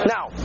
Now